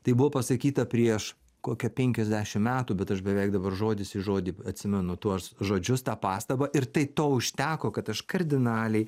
tai buvo pasakyta prieš kokią penkiasdešim metų bet aš beveik dabar žodis į žodį atsimenu tuos žodžius tą pastabą ir tai to užteko kad aš kardinaliai